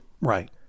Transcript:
Right